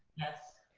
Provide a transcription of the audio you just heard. yes.